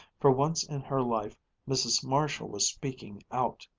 for once in her life mrs. marshall was speaking out.